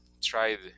tried